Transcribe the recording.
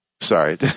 sorry